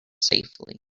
safely